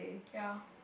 ya